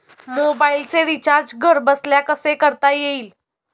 मोबाइलचे रिचार्ज घरबसल्या कसे करता येईल?